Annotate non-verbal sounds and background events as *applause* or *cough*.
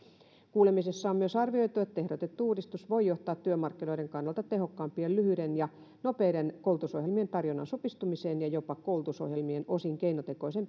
kuulemisessa on myös arvioitu että ehdotettu uudistus voi johtaa työmarkkinoiden kannalta tehokkaampien lyhyiden ja nopeiden koulutusohjelmien tarjonnan supistumiseen ja jopa koulutusohjelmien osin keinotekoiseen *unintelligible*